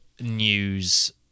news